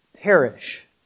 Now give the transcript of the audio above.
perish